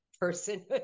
person